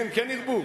כן ירבו.